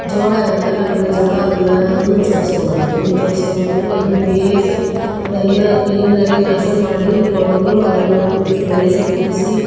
ಜೋಳ ಇರುತ್ತಲ್ಲ ಬಿಳಿ ಜೋಳ ಅದನ್ನು ನುಚ್ಚು ಹೊಡಿಸ್ಕೊಂಬರ್ತೀವಿ ನುಚ್ಚು ಹೊಡಿಸ್ಕೊಂಬಂದು ಅದನ್ನ ಬೇಸೆ ಎಲ್ಲ ಕ್ಲೀನಾಗಿ ಹಸನ್ ಮಾಡಿ ತೊಳೆದು ಅದನ್ನು ನುಚ್ಚು ಬೇಯ್ಸಕ್ಕೆ ಕುದಿಸಿ